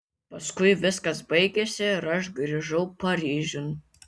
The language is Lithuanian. paskui viskas baigėsi ir aš grįžau paryžiun